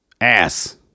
ass